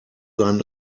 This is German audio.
sein